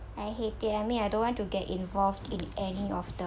I hate it I mean I don't want to get involved in any of the